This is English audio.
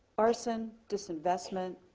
arson, disinvestment,